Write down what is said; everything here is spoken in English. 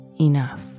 enough